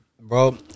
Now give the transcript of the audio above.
Bro